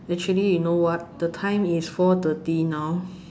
actually you know what the time is four thirty now